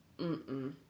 Mm-mm